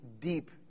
deep